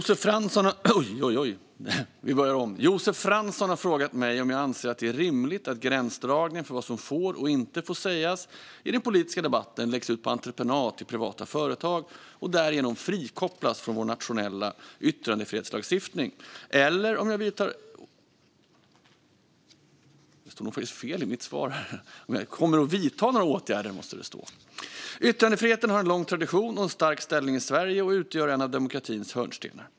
Herr talman! Josef Fransson har frågat mig om jag anser att det är rimligt att gränsdragningen för vad som får och inte får sägas i den politiska debatten läggs ut på entreprenad till privata företag och därigenom frikopplas från vår nationella yttrandefrihetslagstiftning, eller om jag kommer att vidta några åtgärder. Yttrandefriheten har en lång tradition och en stark ställning i Sverige och utgör en av demokratins hörnstenar.